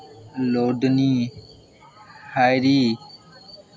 लोडनी हायरी